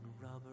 rubber